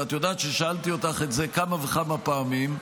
ואת יודעת ששאלתי אותך את זה כמה וכמה פעמים,